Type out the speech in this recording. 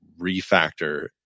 refactor